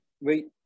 wait